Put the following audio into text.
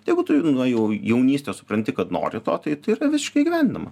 tai jeigu tu nuo jau jaunystės supranti kad nori to tai yra visiškai įgyvendinama